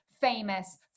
famous